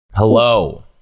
Hello